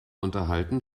unterhalten